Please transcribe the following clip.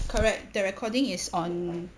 correct the recording is on